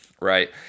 right